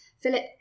Philip